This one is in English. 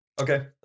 Okay